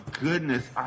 goodness